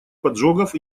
поджогов